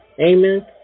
Amen